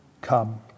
come